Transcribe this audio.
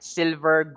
silver